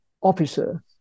officer